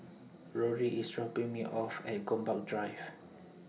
Rory IS dropping Me off At Gombak Drive